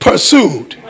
pursued